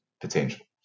potential